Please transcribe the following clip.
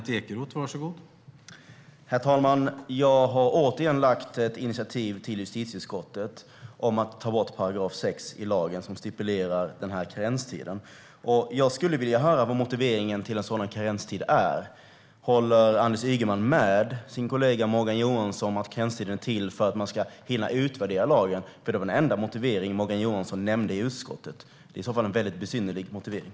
Herr talman! Jag har återigen lagt ett förslag till justitieutskottet om att ta bort § 6 i lagen som stipulerar karenstiden. Jag skulle vilja höra vad motiveringen för en sådan karenstid är. Håller Anders Ygeman med sin kollega Morgan Johansson om att karenstiden är till för att man ska hinna utvärdera lagen? Det var nämligen den enda motivering Morgan Johansson nämnde i utskottet. Det är i så fall en besynnerlig motivering.